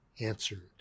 answered